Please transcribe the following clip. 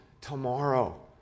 tomorrow